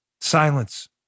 Silence